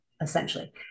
essentially